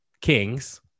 kings